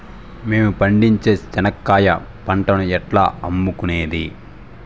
మేము పండించే చెనక్కాయ పంటను ఎట్లా అమ్ముకునేది?